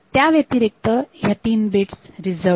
त्याव्यतिरिक्त ह्या तीन बिट्स रिझर्वड आहेत